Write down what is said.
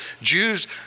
Jews